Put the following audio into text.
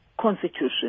constitution